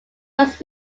was